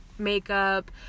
makeup